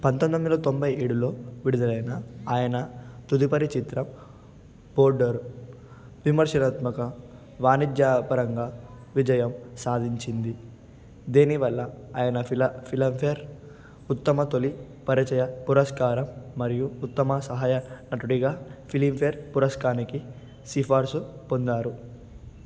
పంతొమ్మిది వందల తొంభై ఏడులో విడుదలైన ఆయన తుదుపరి చిత్రం బోర్డర్ విమర్శనాత్మక వాణిజ్యాపరంగా విజయం సాధించింది దీనివల్ల ఆయన ఫిల ఫిలింఫేర్ ఉత్తమ తొలి పరిచయ పురస్కారం మరియు ఉత్తమ సహాయ నటుడిగా ఫిలింఫేర్ పురస్కారానికి సిఫారసు పొందారు